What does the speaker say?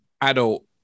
adult